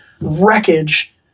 wreckage